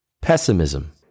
pessimism